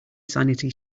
sanity